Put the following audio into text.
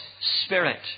spirit